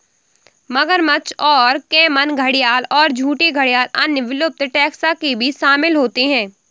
मगरमच्छ और कैमन घड़ियाल और झूठे घड़ियाल अन्य विलुप्त टैक्सा के बीच शामिल होते हैं